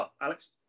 Alex